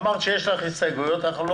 אמרת שיש לך הסתייגויות ולכן אנחנו לא